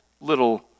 little